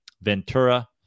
Ventura